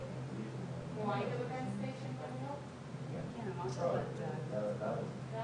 את הכדאיות הכלכליות זה אמירות